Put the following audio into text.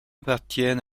appartiennent